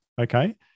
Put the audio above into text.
Okay